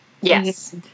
Yes